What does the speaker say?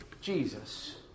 Jesus